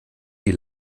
die